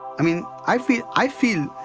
i mean, i feel, i feel.